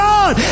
God